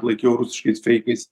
laikiau rusiškais feikais